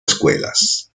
escuelas